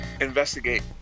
investigate